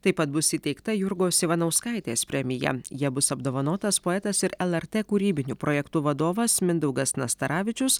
taip pat bus įteikta jurgos ivanauskaitės premija ja bus apdovanotas poetas ir lrt kūrybinių projektų vadovas mindaugas nastaravičius